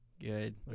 Good